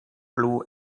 blue